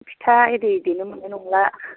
फिथा इरि देनो मोननाय नंला